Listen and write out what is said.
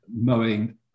mowing